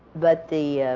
but the